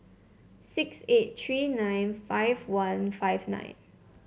six eight three nine five one five nine